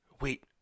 Wait